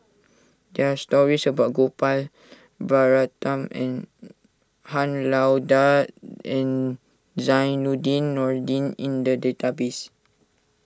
there are stories about Gopal Baratham Han Lao Da and Zainudin Nordin in the database